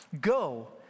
Go